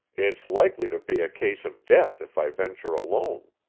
it's likely to be a case of death if i venture alone.